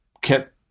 kept